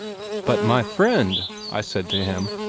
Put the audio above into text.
but, my friend i said to him,